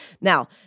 Now